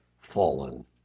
fallen